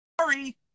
Sorry